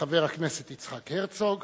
יצחק הרצוג (העבודה):